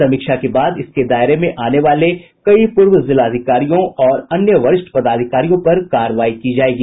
समीक्षा के बाद इसके दायरे में आने वाले कई पूर्व जिलाधिकारियों और अन्य वरिष्ठ पदाधिकरियों पर कार्रवाई की जायेगी